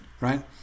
right